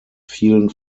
vielen